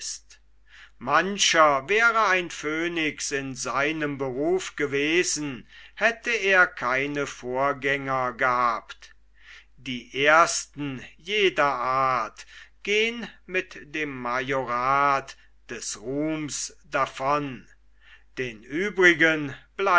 mancher wäre ein phönix in seinem beruf gewesen hätte er keine vorgänger gehabt die ersten jeder art gehn mit dem majorat des ruhms davon den uebrigen